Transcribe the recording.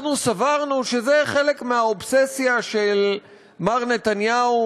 אנחנו סברנו שזה חלק מהאובססיה של מר נתניהו